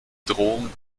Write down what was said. drohung